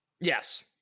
yes